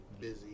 busy